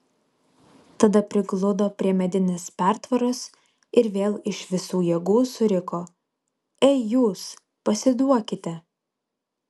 tada prigludo prie medinės pertvaros ir vėl iš visų jėgų suriko ei jūs pasiduokite